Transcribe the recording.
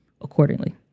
accordingly